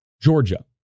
Georgia